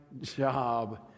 job